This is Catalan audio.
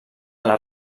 les